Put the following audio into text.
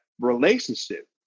relationship